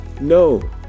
No